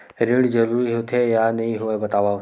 ऋण जरूरी होथे या नहीं होवाए बतावव?